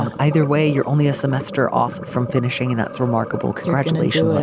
either way you're only a semester off from finishing and that's remarkable. congratulations.